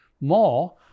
more